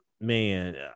Man